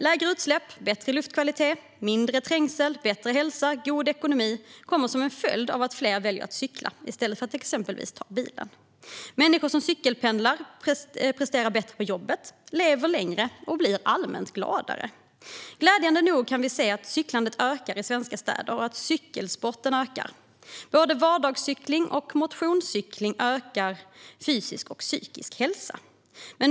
Lägre utsläpp, bättre luftkvalitet, mindre trängsel, bättre hälsa och god ekonomi kommer som en följd av att fler väljer att cykla i stället för att exempelvis ta bilen. Människor som cykelpendlar presterar bättre på jobbet, lever längre och blir allmänt gladare. Glädjande nog kan vi se att cyklandet ökar i svenska städer och att cykelsporten ökar. Både vardagscykling och motionscykling ökar fysisk och psykisk hälsa.